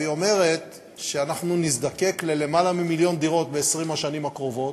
והיא אומרת שאנחנו נזדקק ליותר ממיליון דירות ב-20 השנים הקרובות,